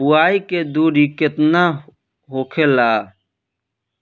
बुआई के दूरी केतना होखेला?